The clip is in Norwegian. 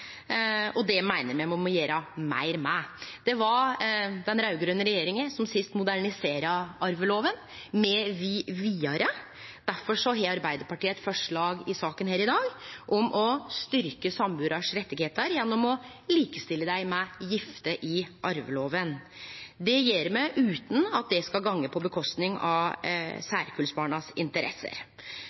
Det meiner me at me må gjere meir med. Det var den raud-grøne regjeringa som sist moderniserte arveloven. Me vil vidare. Difor har Arbeidarpartiet eit forslag i saka her i dag om å styrkje sambuarars rettar gjennom å likestille dei med gifte i arveloven. Det gjer me utan at det skal gå på kostnad av særkullsbarnas interesser.